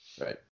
Right